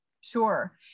Sure